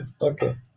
Okay